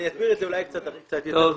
אני אסביר את זה קצת יותר.